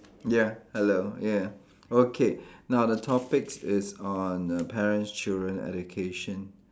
ya hello yeah okay now the topics is on err parents children education